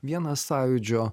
vienas sąjūdžio